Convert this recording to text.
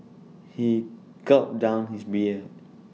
he gulped down his beer